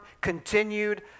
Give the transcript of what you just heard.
continued